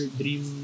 dream